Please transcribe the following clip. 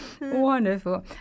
Wonderful